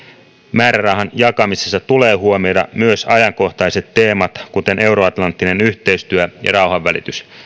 määrärahan jakamisessa tulee huomioida myös ajankohtaiset teemat kuten euroatlanttinen yhteistyö ja rauhanvälitys